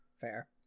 fair